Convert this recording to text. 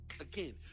Again